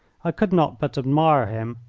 i could not but admire him,